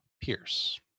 Pierce